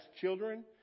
children